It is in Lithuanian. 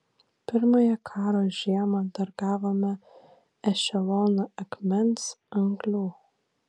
pirmąją karo žiemą dar gavome ešeloną akmens anglių